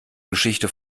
geschichte